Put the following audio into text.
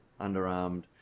underarmed